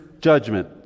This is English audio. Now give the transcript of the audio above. judgment